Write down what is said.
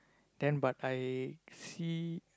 then but I see